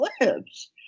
lives